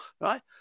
Right